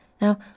Now